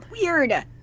Weird